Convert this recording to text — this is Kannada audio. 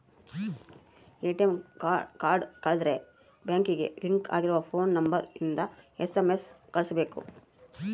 ಎ.ಟಿ.ಎಮ್ ಕಾರ್ಡ್ ಕಳುದ್ರೆ ಬ್ಯಾಂಕಿಗೆ ಲಿಂಕ್ ಆಗಿರ ಫೋನ್ ನಂಬರ್ ಇಂದ ಎಸ್.ಎಮ್.ಎಸ್ ಕಳ್ಸ್ಬೆಕು